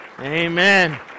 Amen